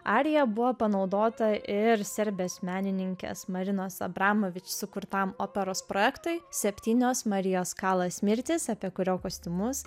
arija buvo panaudota ir serbės menininkės marinos abramovič sukurtam operos projektui septynios marijos kalas mirtys apie kurio kostiumus